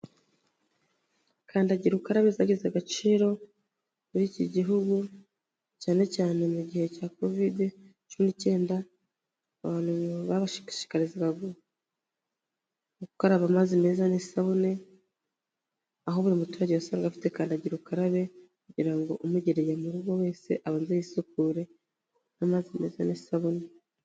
Kandagira ukarabeze zagize agaciro muri iki gihugu cyane cyane mu gihe cya covide cumi n'icyenda abantu bashishikarizaga gukaraba amazi meza n'isabune, aho buri muturage wasanga afite kadagira ukarabe kugira ngo umugereye mu rugo wese abanze yisukure n'amazi meza n'isabune.